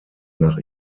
nach